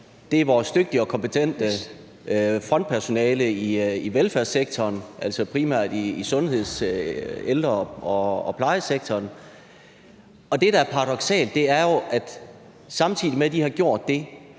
Det er vores dygtige og kompetente frontpersonale i velfærdssektoren, altså primært i sundheds-, ældre- og plejesektoren, og samtidig med at de har gjort det,